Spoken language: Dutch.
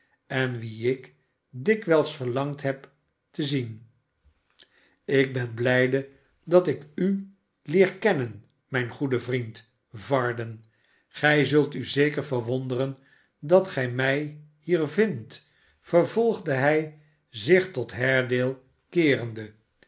en wien ik dikwijls verlangd heb te zien ik ben blijde dat ik u leer kennen mijn goede vriend varden gij zult u zeker verwonderen dat gij mij hier vmdt vervolgde hij zich tot haredale keerende